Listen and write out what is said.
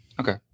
okay